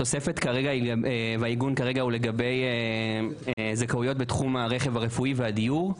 התוספת והעיגון כרגע הם לגבי זכאויות בתחום הרכב הרפואי והדיור.